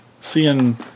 seeing